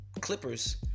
Clippers